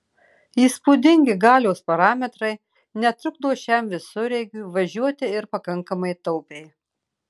įspūdingi galios parametrai netrukdo šiam visureigiui važiuoti ir pakankamai taupiai